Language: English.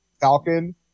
Falcon